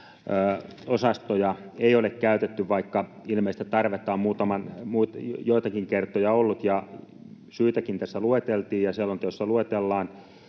osastoja ei ole käytetty, vaikka ilmeistä tarvetta on joitakin kertoja ollut ja syitäkin tässä lueteltiin ja selonteossa luetellaan.